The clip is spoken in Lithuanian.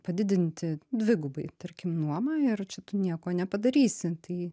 padidinti dvigubai tarkim nuomą ir čia tu nieko nepadarysi tai